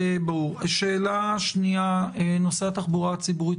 שאלה שנייה, נושא התחבורה הציבורית